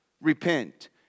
repent